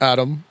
Adam